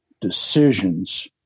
decisions